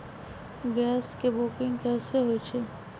Gas के booking कैसे होईछई?